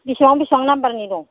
बेसेबां बेसेबां नाम्बारनि दं